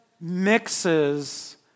mixes